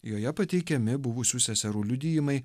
joje pateikiami buvusių seserų liudijimai